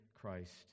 Christ